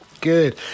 Good